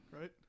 right